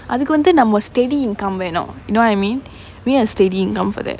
அதுக்கு வந்து நம்ம:athukku vanthu namma steady income வேணும்:venum you know what I mean you need a steady income for that